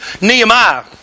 Nehemiah